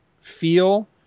feel